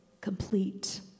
complete